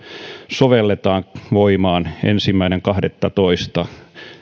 sovelletaan voimaan ensimmäinen kahdettatoista